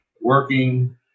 working